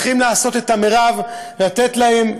אנחנו צריכים לעשות את המרב כדי לתת להם,